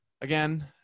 again